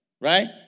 right